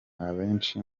abenshi